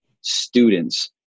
students